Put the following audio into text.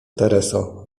tereso